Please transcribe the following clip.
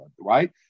right